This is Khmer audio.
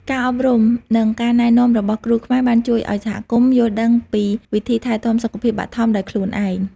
ការអប់រំ និងការណែនាំរបស់គ្រូខ្មែរបានជួយឱ្យសហគមន៍យល់ដឹងពីវិធីថែទាំសុខភាពបឋមដោយខ្លួនឯង។